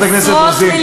חברת הכנסת רוזין,